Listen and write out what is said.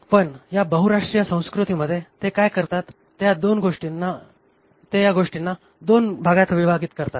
पण ह्या बहुराष्ट्रीय संस्कृतीमध्ये ते काय करतात ते ह्या गोष्टीना २ भागात विभाजित करतात